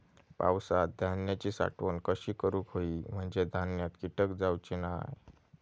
पावसात धान्यांची साठवण कशी करूक होई म्हंजे धान्यात कीटक जाउचे नाय?